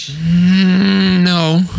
No